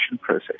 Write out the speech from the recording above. process